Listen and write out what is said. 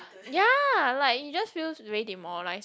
ya like it just feels very demoralized